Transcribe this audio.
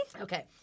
Okay